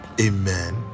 Amen